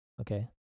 Okay